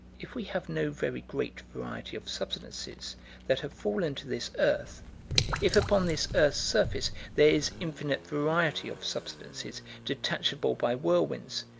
if we have no very great variety of substances that have fallen to this earth if, upon this earth's surface there is infinite variety of substances detachable by whirlwinds,